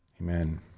Amen